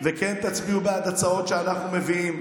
וכן תצביעו בעד הצעות שאנחנו מביאים.